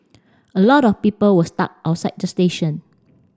a lot of people were stuck outside the station